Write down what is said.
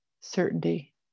certainty